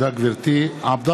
(קורא